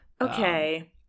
Okay